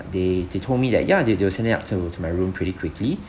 they they told me that ya they they will send it up to to my room pretty quickly